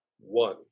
one